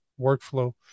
workflow